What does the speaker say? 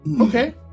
okay